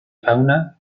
fauna